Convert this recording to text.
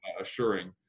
assuring